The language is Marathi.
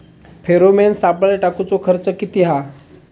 फेरोमेन सापळे टाकूचो खर्च किती हा?